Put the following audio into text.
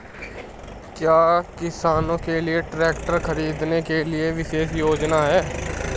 क्या किसानों के लिए ट्रैक्टर खरीदने के लिए विशेष योजनाएं हैं?